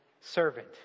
servant